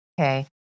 Okay